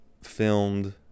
filmed